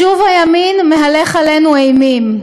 מאותה תקופה: שוב הימין מהלך עלינו אימים: